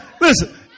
listen